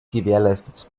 gewährleistet